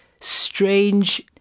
strange